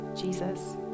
Jesus